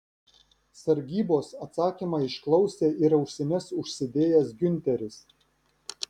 sargybos atsakymą išklausė ir ausines užsidėjęs giunteris